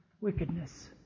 wickedness